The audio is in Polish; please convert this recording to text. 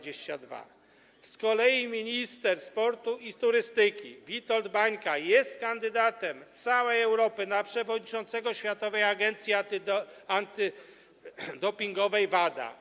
Z kolei minister sportu i turystyki Witold Bańka jest kandydatem całej Europy na przewodniczącego Światowej Agencji Antydopingowej - WADA.